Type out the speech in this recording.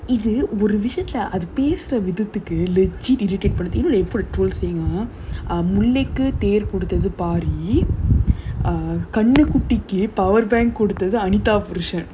அது பேசுற விதத்துக்கு:adhu pesura vithathuku you know they out a troll saying ah முல்லைக்கு தேர் கொடுத்தது பாரி கண்ணுகுட்டிக்கு:mullaiku thaer koduthathu paari kannukuttikku powerbank கொடுத்தது:koduthathu anita புருஷன்:purushan